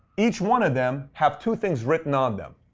each one of them have two things written on them.